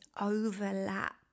overlap